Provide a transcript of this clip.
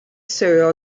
cereal